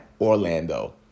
Orlando